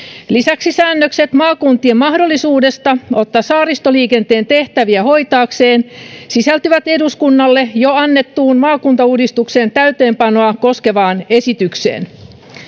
lisäksi säännökset maakuntien mahdollisuudesta ottaa saaristoliikenteen tehtäviä hoitaakseen sisältyvät eduskunnalle jo annettuun maakuntauudistuksen täytäntöönpanoa koskevaan esitykseen